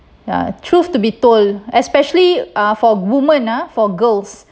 ya truth to be told especially uh for woman ah for girls